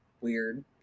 weird